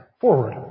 forward